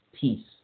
peace